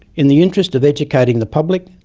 in the interest of educating the public,